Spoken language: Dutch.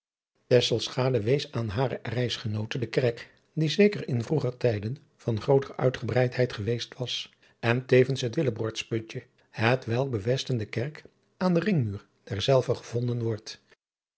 wees aan hare reisgenoote de kerk die zeker in vroeger tijden van grooter uitgebreidheid geweest was en tevens het willebrordsputje hetwelk bewesten de kerk aan den ringmuur derzelve gevonden wordt